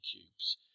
cubes